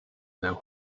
now